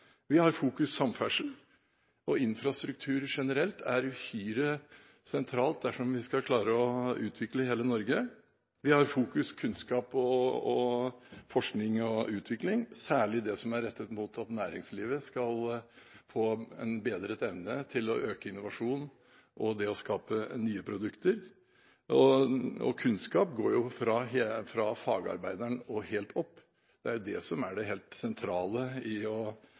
Vi fokuserer på samferdsel, og infrastruktur generelt er uhyre sentralt dersom vi skal klare å utvikle hele Norge. Vi har fokus på kunnskap, forskning og utvikling, særlig det som er rettet mot at næringslivet skal få en bedret evne til å øke innovasjonen, og det å skape nye produkter. Kunnskap går fra fagarbeideren og helt opp, det er det som er det helt sentrale i å